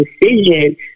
decision